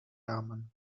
ramen